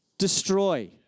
Destroy